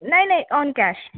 नही नाही on cash